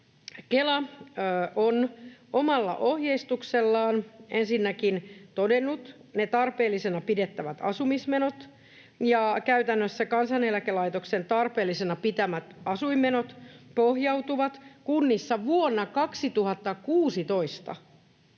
Kela on omalla ohjeistuksellaan ensinnäkin todennut ne tarpeellisena pidettävät asumismenot, ja käytännössä Kansaneläkelaitoksen tarpeellisena pitämät asuinmenot pohjautuvat kunnissa vuonna 2016